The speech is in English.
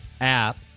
app